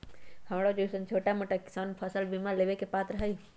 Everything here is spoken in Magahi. हमरा जैईसन छोटा मोटा किसान फसल बीमा लेबे के पात्र हई?